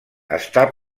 està